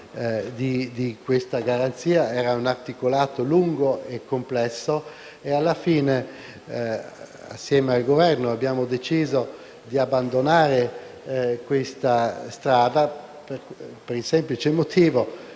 di questa garanzia. Era un articolato lungo e complesso e, alla fine, insieme al Governo abbiamo deciso di abbandonare questa strada, per il semplice motivo